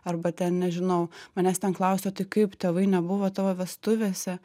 arba ten nežinau manęs ten klausia o tai kaip tėvai nebuvo tavo vestuvėse